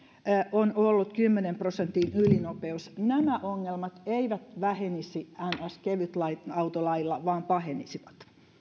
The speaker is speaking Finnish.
on ollut kymmenen prosentin ylinopeus nämä ongelmat eivät vähenisi niin sanottu kevytautolailla vaan pahenisivat